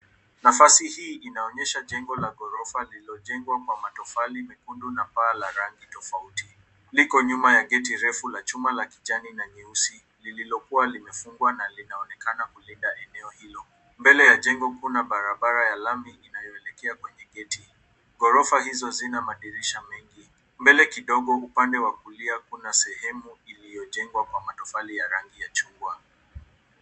Nafasi hii inaonyesha jengo la ghorofa lililojengwa kwa matofali mekundu na paa la rangi tofauti. Liko nyuma ya geti refu la chuma la kijani na nyeusi lililokua limefungwa na linaonekana kulinda eneo hilo. Mbele ya jengo kuna barabara ya lami inayoelekea kwenye geti. Ghorofa hizo zina madirisha mengi. Mbele kidogo upande wa kulia kuna sehemu iliyojengwa kwa matofali ya rangi ya chungwa.